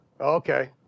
okay